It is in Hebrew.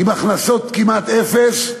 עם הכנסות כמעט אפס,